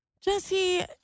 Jesse